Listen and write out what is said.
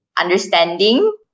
understanding